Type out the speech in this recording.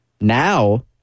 now –